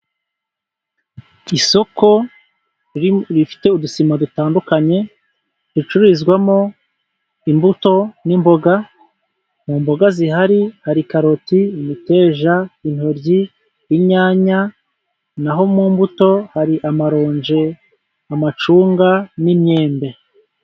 Isoko rifite udusima dutandukanye , ricururizwamo imbuto n'imboga. Mu mboga zihari , hari karoti , imiteja , intoryi , inyanya . Naho mu mbuto hari amaronje ,amacunga n'imyembe.